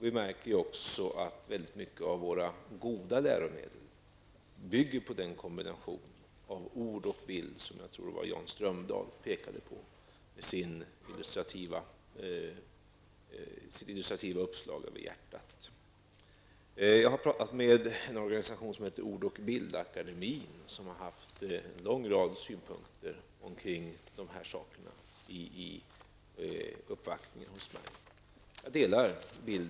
Vi märker också att väldigt mycket av våra bra läromedel bygger på den kombination av ord och bild som jag tror att Jan Strömdahl pekade på med sin illustrativa bild av hjärtat. Jag har pratat med en organisation som heter Ord och bildakademien, som har haft en lång rad synpunkter på dessa frågor i sin uppvaktning hos mig.